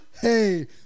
Hey